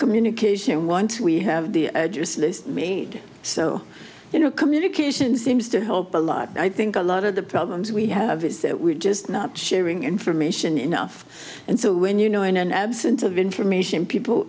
communication once we have the list me so you know communication seems to help a lot i think a lot of the problems we have is that we're just not sharing information enough and so when you know in an absence of information people